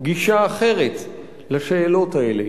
גישה אחרת לשאלות האלה.